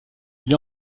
est